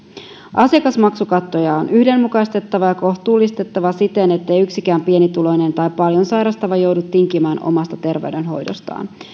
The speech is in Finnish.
asiakasmaksukattoja on yhdenmukaistettava ja kohtuullistettava siten ettei yksikään pienituloinen tai paljon sairastava joudu tinkimään omasta terveydenhoidostaan